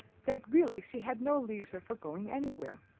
that really she had no leisure for going any where.